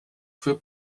für